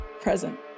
present